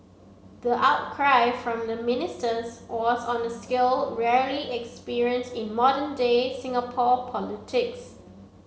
the outcry from the ministers was on a scale rarely experienced in modern day Singapore politics